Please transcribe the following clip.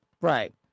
right